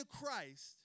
Christ